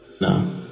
No